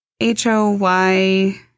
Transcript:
H-O-Y